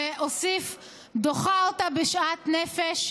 ואוסיף: דוחה אותה בשאט נפש,